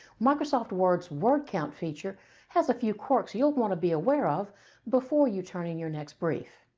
microsoft word's word count feature has a few quirks you'll want to be aware of before you turn in your next brief.